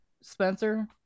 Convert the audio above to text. spencer